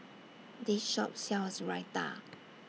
This Shop sells Raita